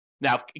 Now